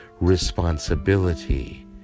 responsibility